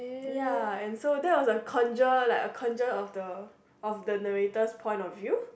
ya and so that was the conjure like a conjure of the of the narrator's point of view